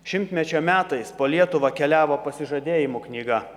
šimtmečio metais po lietuvą keliavo pasižadėjimų knyga